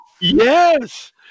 Yes